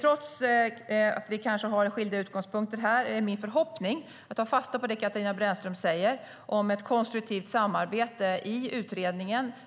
Trots att vi kanske har skilda utgångspunkter här är det min förhoppning att vi kan ta fasta på det Katarina Brännström säger om ett konstruktivt samarbete i utredningen.